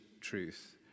truth